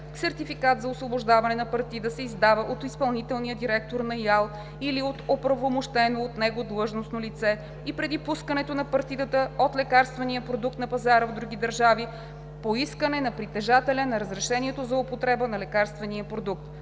Сертификат за освобождаване на партида се издава от изпълнителния директор на ИАЛ или от оправомощено от него длъжностно лице и преди пускането на партидата от лекарствения продукт на пазара в други държави – по искане на притежателя на разрешението за употреба на лекарствения продукт.